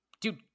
dude